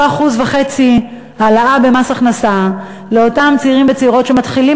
אותו 1% העלאה במס הכנסה לאותם צעירים וצעירות שמתחילים